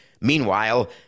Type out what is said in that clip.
Meanwhile